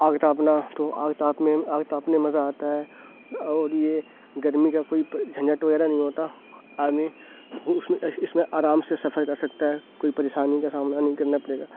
آگ تاپنا تو آگ تاپنے آگ تاپنے مزہ آتا ہے اور یہ گرمی کا کوئی جھنجھٹ وغیرہ نہیں ہوتا آدمی اِس میں آرام سے سفر کر سکتا ہے کوئی پریشانی کا سامنا نہیں کرنا پڑے گا